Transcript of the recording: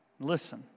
Listen